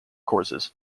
courses